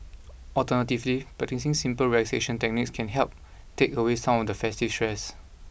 alternatively practising simple relaxation techniques can help take away some of the festive stress